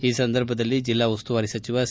ಈ ಸಂದರ್ಭದಲ್ಲಿ ಜಿಲ್ಲಾ ಉಸ್ತುವಾರಿ ಸಚಿವ ಸಿ